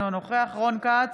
אינו נוכח רון כץ,